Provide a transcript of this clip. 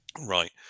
Right